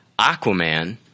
Aquaman